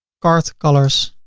cart colors,